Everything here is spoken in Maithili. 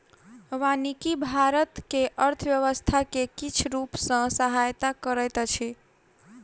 वानिकी भारत के अर्थव्यवस्था के किछ रूप सॅ सहायता करैत अछि